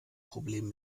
problem